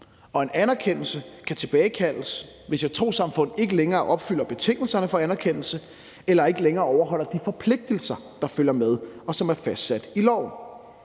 En anerkendelse kan tilbagekaldes, hvis et trossamfund ikke længere opfylder betingelserne for anerkendelse eller ikke længere overholder de forpligtelser, der følger med, og som er fastsat i loven.